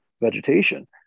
vegetation